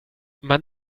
man